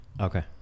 okay